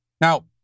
Now